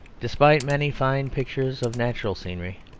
despite many fine pictures of natural scenery,